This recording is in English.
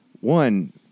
One